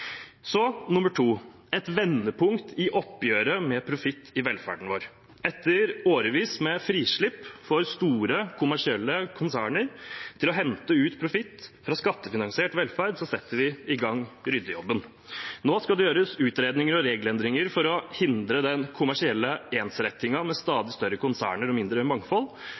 et vendepunkt i oppgjøret med profitt i velferden vår. Etter årevis med frislipp for store kommersielle konserner til å hente ut profitt fra skattefinansiert velferd, setter vi i gang ryddejobben. Nå skal det gjøres utredninger og regelendringer for å hindre den kommersielle ensrettingen med stadig større konserner og mindre mangfold